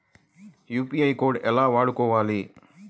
UPI code ఎలా వాడుకోవాలి?